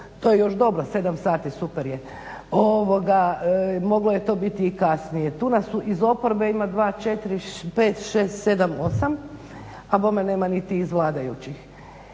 to je još dobro, sedam sati, super je, moglo je to biti i kasnije. Tu nas iz oporbe ima 2, 4, 5, 6, 7, 8 a bome nema niti iz vladajućih.